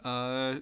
err